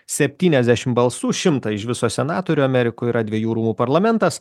septyniasdešimt balsų šimto iš viso senatorių amerikoj yra dvejų rūmų parlamentas